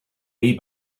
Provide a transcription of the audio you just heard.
way